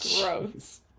Gross